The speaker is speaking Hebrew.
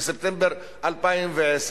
מספטמבר 2010,